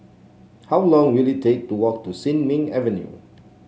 how long will it take to walk to Sin Ming Avenue